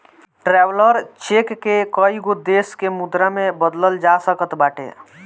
traveller cheque के कईगो देस के मुद्रा में बदलल जा सकत बाटे